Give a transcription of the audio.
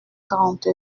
quarante